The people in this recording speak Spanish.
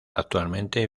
actualmente